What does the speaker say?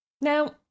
Now